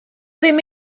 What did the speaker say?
ddim